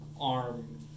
arm